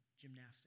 gymnastics